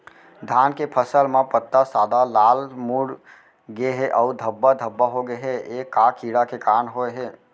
धान के फसल म पत्ता सादा, लाल, मुड़ गे हे अऊ धब्बा धब्बा होगे हे, ए का कीड़ा के कारण होय हे?